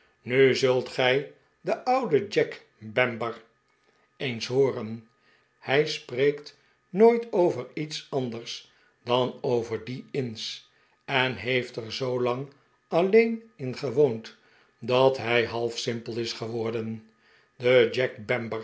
nu zult gij den ouden jack bamber eens hooren hij spreekt nooit over iets anders dan over die inns en heeft er zoolang alleen in gewoond dat hij half simpel is geworden de jack bamber